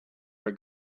are